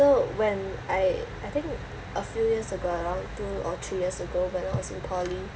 so when I I think a few years ago around two or three years ago when I was in poly